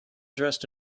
dressed